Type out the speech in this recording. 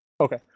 Okay